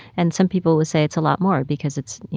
and some people would say it's a lot more because it's, you